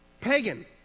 Pagan